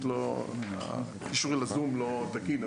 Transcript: הקישור לזום לא תקין,